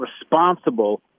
responsible